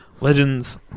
Legends